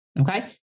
okay